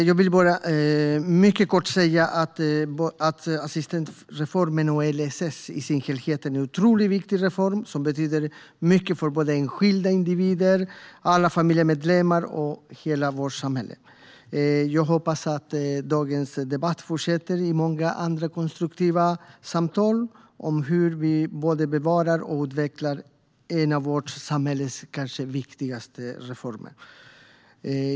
Herr talman! Jag vill kort bara säga att assistansreformen och LSS i sin helhet är otroligt viktiga, och de betyder mycket för enskilda individer, familjemedlemmar och hela vårt samhälle. Jag hoppas att dagens debatt fortsätter i många andra konstruktiva samtal om hur vi både bevarar och utvecklar en av vårt samhälles kanske viktigaste reformer.